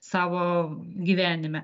savo gyvenime